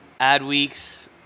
Adweeks